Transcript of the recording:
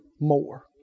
more